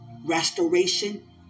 Restoration